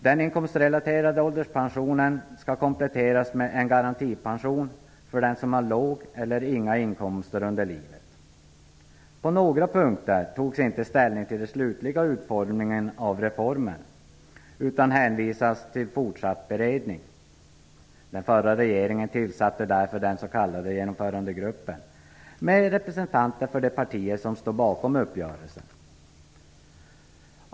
Den inkomstrelaterade ålderspensionen skall kompletteras med en garantipension för den som har låg eller inga inkomster under livet. På några punkter togs inte ställning till den slutliga utformningen av reformen, utan hänvisades till fortsatt beredning. Den förra regeringen tillsatte därför den s.k. genomförandegruppen med representanter för de partier som stod bakom uppgörelsen.